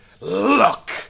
look